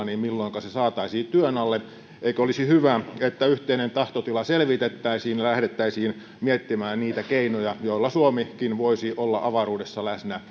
niin milloinka se saataisiin työn alle eikö olisi hyvä että yhteinen tahtotila selvitettäisiin ja lähdettäisiin miettimään niitä keinoja joilla suomikin voisi olla avaruudessa läsnä